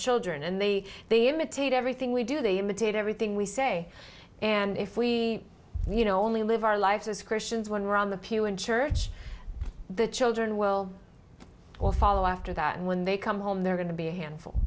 children and they they imitate everything we do they imitate everything we say and if we you know only live our life as christians when we're on the pew in church the children will all follow after that and when they come home they're going to be a handful